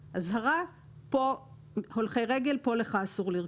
האזהרה שכאן הולכים הולכי רגל ולך כאן אסור לרכב.